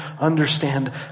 understand